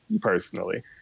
personally